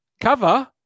cover